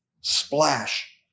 Splash